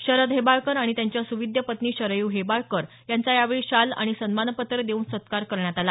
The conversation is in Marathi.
शरद हेबाळकर आणि त्यांच्या सुविद्य पत्नी शरयू हेबाळकर यांचा यावेळी शाल आणि सन्मानपत्र देऊन सत्कार करण्यात आला